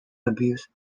abuse